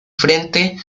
frente